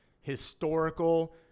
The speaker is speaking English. historical